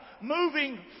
Moving